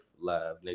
love